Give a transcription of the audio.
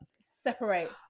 separate